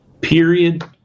period